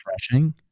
refreshing